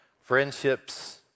friendships